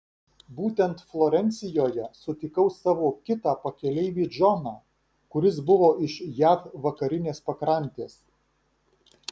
būtent florencijoje sutikau savo kitą pakeleivį džoną kuris buvo iš jav vakarinės pakrantės